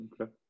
Okay